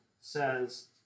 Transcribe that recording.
says